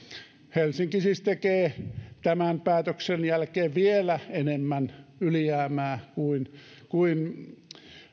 helsinki siis tekee tämän päätöksen jälkeen vielä enemmän ylijäämää kuin kuin